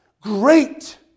great